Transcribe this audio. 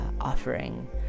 offering